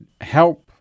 help